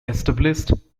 established